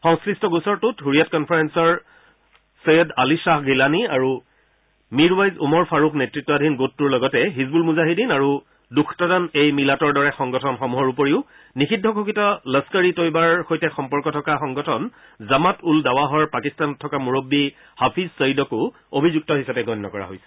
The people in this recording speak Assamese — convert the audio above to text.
সংশ্লিষ্ট গোচৰটোত ছৰিয়াট কনফাৰেন্সৰ চৈয়দ আলি খাহ গিলানি আৰু মিৰৱাইজ ওমৰ ফাৰুক নেত্ৰতাধীন গোটটোৰ লগতে হিজবুল মুজাহিদিন আৰু দখতাৰান এ মিলাটৰ দৰে সংগঠনসমূহৰ উপৰিও নিষিদ্ধ ঘোষিত লস্বৰ ই তয়বাৰ সৈতে সম্পৰ্ক থকা সংগঠন জামাত উল দাৱাহৰ পাকিস্তানত থকা মুৰব্বী হাফিজ ছয়ীদকো অভিযুক্ত হিচাপে গণ্য কৰা হৈছে